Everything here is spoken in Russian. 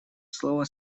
слово